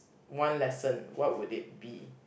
one lesson what would it be